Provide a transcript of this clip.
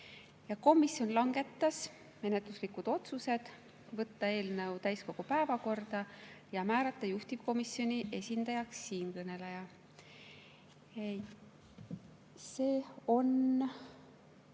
Komisjon langetas menetluslikud otsused: võtta eelnõu täiskogu päevakorda ja määrata juhtivkomisjoni esindajaks siinkõneleja. See on